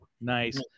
nice